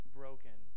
broken